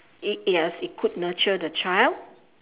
it yes it could nurture the child